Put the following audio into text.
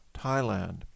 Thailand